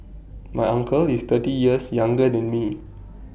my uncle is thirty years younger than me